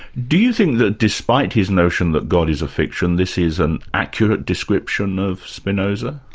do you think that despite his notion that god is a fiction, this is an accurate description of spinoza?